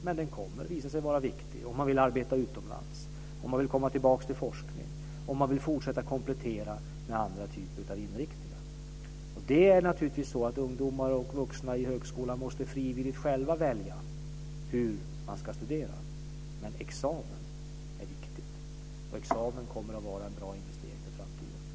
Men den kommer att visa sig vara viktig om man vill arbeta utomlands, om man vill komma tillbaks till forskning, om man vill fortsätta att komplettera med andra typer av inriktningar. Naturligtvis måste ungdomar och vuxna i högskolan frivilligt själva välja hur de ska studera. Men en examen är viktig och kommer att vara en bra investering för framtiden.